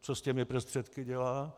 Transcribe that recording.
Co s těmi prostředky dělá?